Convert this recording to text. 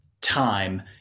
time